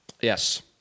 Yes